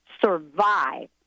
survive